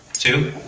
two,